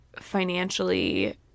financially